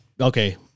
okay